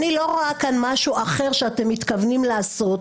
אני לא רואה כאן משהו אחר שאתם מתכוונים לעשות.